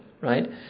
right